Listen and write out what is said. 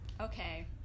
Okay